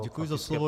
Děkuji za slovo.